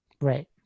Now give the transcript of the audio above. right